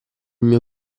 mio